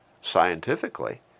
scientifically